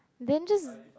then just